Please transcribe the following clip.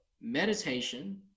meditation